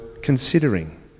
considering